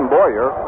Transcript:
Boyer